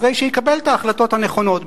אחרי שיקבל את ההחלטות הנכונות,